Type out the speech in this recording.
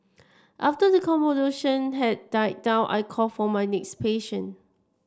after the commotion had died down I called for my next patient